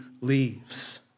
leaves